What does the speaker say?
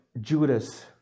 Judas